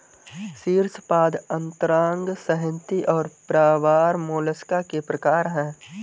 शीर्शपाद अंतरांग संहति और प्रावार मोलस्का के प्रकार है